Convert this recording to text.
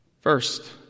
First